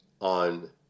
on